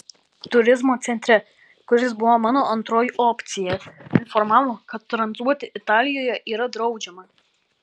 turizmo centre kuris buvo mano antroji opcija informavo kad tranzuoti italijoje yra draudžiama